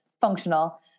functional